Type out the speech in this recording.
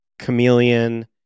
Chameleon